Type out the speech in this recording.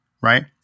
right